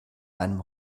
einem